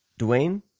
Dwayne